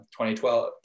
2012